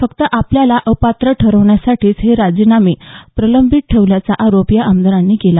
फक्त आपल्याला अपात्र ठरवण्यासाठीच हे राजीनामे प्रलंबित ठेवल्याचा आरोप या आमदारांनी केला